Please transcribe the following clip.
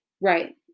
Right